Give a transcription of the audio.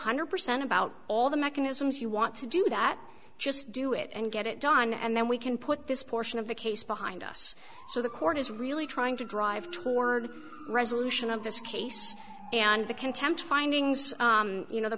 hundred percent about all the mechanisms you want to do that just do it and get it done and then we can put this portion of the case behind us so the court is really trying to drive toward resolution of this case and the contempt findings you know the